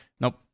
nope